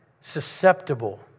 susceptible